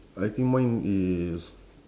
I think mine is